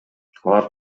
алар